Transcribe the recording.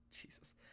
Jesus